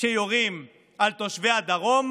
שיורים על תושבי הדרום,